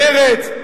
מרץ.